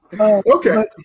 Okay